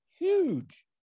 huge